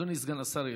אדוני סגן השר ישיב.